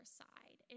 side